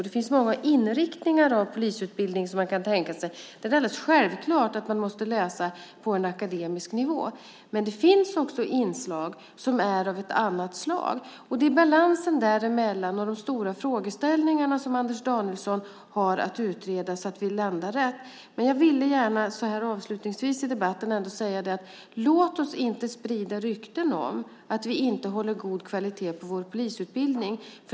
Det finns många inriktningar av polisutbildning som man kan tänka sig där det är alldeles självklart att man måste läsa på en akademisk nivå. Men det finns också inslag som är av ett annat slag. Det är balansen däremellan och de stora frågeställningarna som Anders Danielsson har att utreda så att vi landar rätt. Avslutningsvis i debatten vill jag gärna säga: Låt oss inte sprida rykten om att vi inte håller god kvalitet på vår polisutbildning!